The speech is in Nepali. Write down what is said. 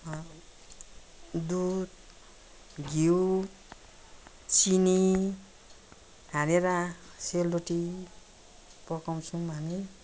दुध घिउ चिनी हालेर सेलरोटी पकाउँछौँ हामी